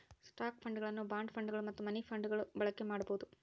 stock ಫಂಡ್ಗಳನ್ನು bond ಫಂಡ್ಗಳು ಮತ್ತು ಮನಿ ಫಂಡ್ಗಳ ಬಳಕೆ ಮಾಡಬೊದು